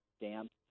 damp